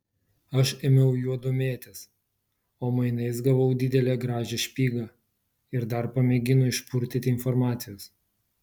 aš ėmiau juo domėtis o mainais gavau didelę gražią špygą ir dar pamėgino išpurtyti informacijos